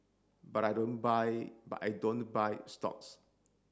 but I don't buy but I don't buy stocks